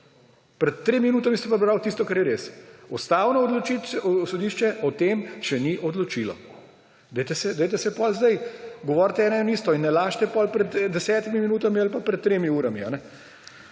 tremi minutami ste pa prebrali tisto, kar je res. Ustavno sodišče o tem še ni odločilo. Dajte potem zdaj govoriti eno in isto in ne lažite potem pred desetimi minutami ali pa pred tremi urami.